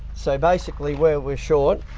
so basically where we're short,